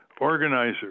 organizer